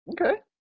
okay